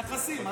יחסים.